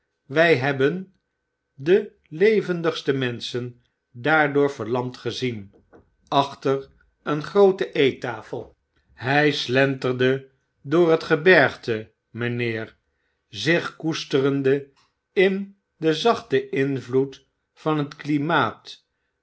wy hebben de levendigste menschen daardoor verlamd gezien achter een groote eettafel hij slenterde door het gebergte mynheer zich koesterende in den zachten invloed van het klimaat